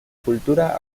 cultura